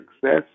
success